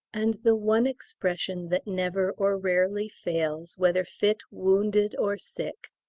and the one expression that never or rarely fails, whether fit, wounded, or sick,